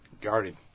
guarded